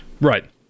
Right